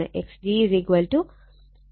X g 5 Ω ആണ്